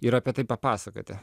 ir apie tai papasakoti